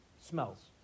smells